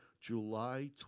July